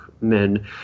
men